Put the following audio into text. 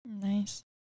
Nice